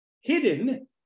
hidden